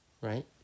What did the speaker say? right